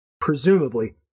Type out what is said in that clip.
presumably